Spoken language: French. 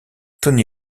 tony